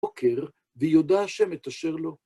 בוקר, ויודע השם את אשר לו.